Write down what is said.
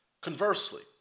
Conversely